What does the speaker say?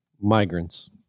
Migrants